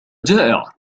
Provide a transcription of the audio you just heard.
جائع